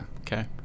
Okay